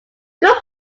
good